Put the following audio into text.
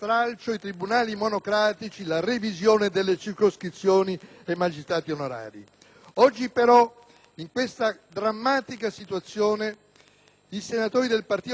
Oggi, però, in questa drammatica situazione, i senatori del Partito Democratico, signor Ministro, vogliono ribadirle la disponibilità ad affrontare